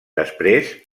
després